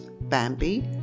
Bambi